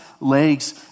legs